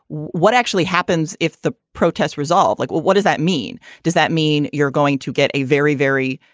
what actually happens if the protests resolve? like, well, what does that mean? does that mean you're going to get a very, very.